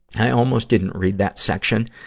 i almost didn't read that section,